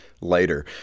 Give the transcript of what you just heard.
later